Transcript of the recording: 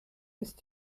ist